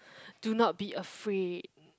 do not be afraid